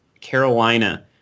Carolina